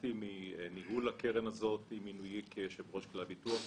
התנתקתי מניהול הקרן הזאת עם מינויי ליושב-ראש כלל ביטוח.